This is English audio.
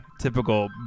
typical